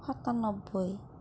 সাতান্নব্বৈ